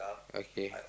okay